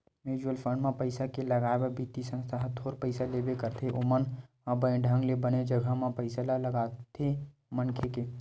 mutual fund म पइसा के लगाए ले बित्तीय संस्था ह थोर पइसा लेबे करथे ओमन ह बने ढंग ले बने जघा म पइसा ल लगाथे मनखे के